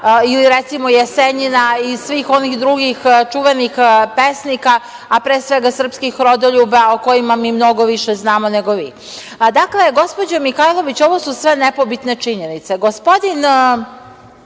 ili, recimo, Jesenjina i svih onih drugih čuvenih pesnika, a pre svega srpskih rodoljuba o kojima mi mnogo više znamo nego mi. Dakle, gospođo Mihajlović, ovo su sve nepobitne činjenice. Gospodin